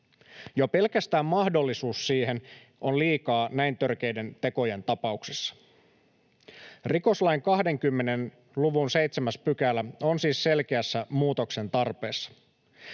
Jo pelkästään mahdollisuus siihen on liikaa näin törkeiden tekojen tapauksissa. Rikoslain 20 luvun 7 § on siis selkeässä muutoksen tarpeessa.